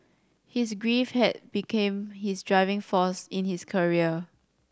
his grief had became his driving force in his career